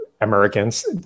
Americans